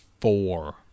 four